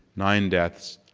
nine deaths,